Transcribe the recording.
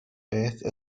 beth